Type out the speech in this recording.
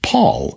Paul